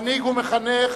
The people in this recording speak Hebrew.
מנהיג ומחנך,